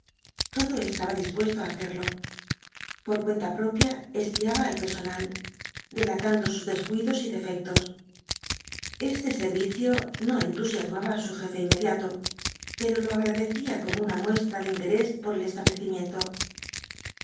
todo estaba dispuesto á hacerlo por cuenta propia espiaba al personal delatando sus descuidos y defectos este servicio no entusiasmaba á su jefe inmediato pero lo agradecía como una muestra de interés por el establecimiento